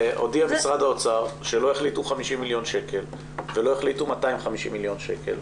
הודיע משרד האוצר שלא החליטו 50 מיליון שקל ולא החליטו 250 מיליון שקל,